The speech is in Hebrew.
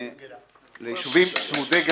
ליישובים צמודי גדר,